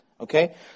Okay